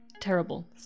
terrible